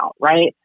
right